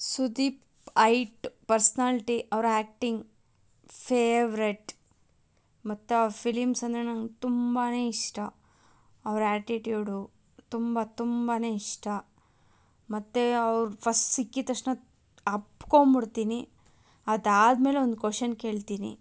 Sudeep it personality ಅವ್ರ acting favourite ಮತ್ತು ಅವ್ರ ಫಿಲಿಮ್ಸ್ ಅಂದರೆ ನಂಗೆ ತುಂಬಾ ಇಷ್ಟ ಅವ್ರ ಆ್ಯಟಿಟ್ಯೂಡು ತುಂಬ ತುಂಬಾ ಇಷ್ಟ ಮತ್ತು ಅವ್ರು ಫಸ್ಟ್ ಸಿಕ್ಕಿದ ತಕ್ಷಣ ಅಪ್ಕೊಂಬಿಡ್ತಿನಿ ಅದಾದ ಮೇಲೆ ಒಂದು ಕ್ವಷನ್ ಕೇಳ್ತೀನಿ